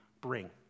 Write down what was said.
bring